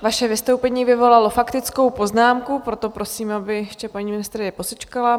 Vaše vystoupení vyvolalo faktickou poznámku, proto prosím, aby ještě paní ministryně posečkala.